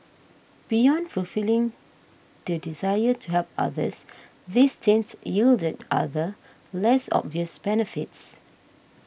beyond fulfilling the desire to help others this stint yielded other less obvious benefits